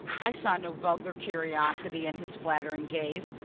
i saw no vulgar curiosity in his flattering gaze,